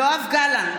יואב גלנט,